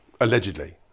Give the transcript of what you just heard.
Allegedly